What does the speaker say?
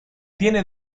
tiene